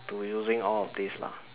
to using all of this lah